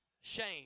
shame